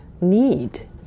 need